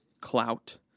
clout